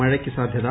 മഴയ്ക്ക് സാധ്യത